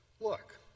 look